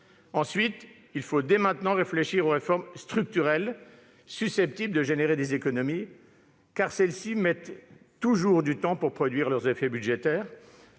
Ensuite, il faut dès maintenant réfléchir aux réformes structurelles susceptibles d'entraîner des économies, car elles mettent toujours du temps pour produire leurs effets budgétaires.